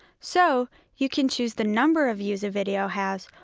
so you can choose the number of views a video has,